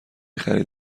خرید